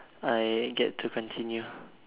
I get to continue